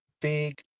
big